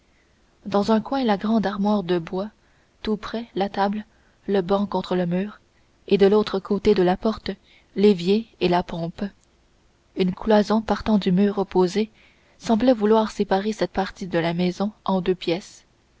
dans un coin la grande armoire de bois tout près la table le banc contre le mur et de l'autre côté de la porte l'évier et la pompe une cloison partant du mur opposé semblait vouloir séparer cette partie de la maison en deux pièces